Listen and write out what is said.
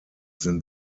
sind